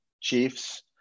Chiefs